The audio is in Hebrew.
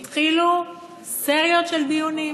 התחילו סריות של דיונים.